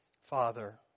Father